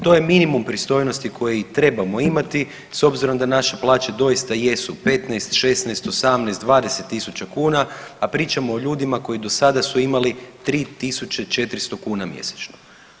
To je minimum pristojnosti koji i trebamo imati s obzirom da naše plaće doista jesu 15, 16, 18, 20 tisuća kuna, a pričamo o ljudima koji do sada su imali 3.400 kuna mjesečno.